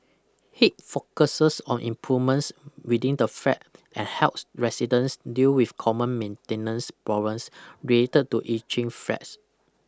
Hip focuses on improvements within the flat and helps residents deal with common maintenance problems related to ageing flats